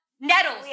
Nettles